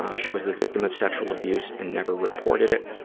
um she was the victim of sexual abuse and never reported it.